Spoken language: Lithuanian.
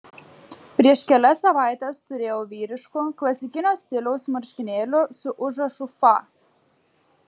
prieš kelias savaites turėjau vyriškų klasikinio stiliaus marškinėlių su užrašu fa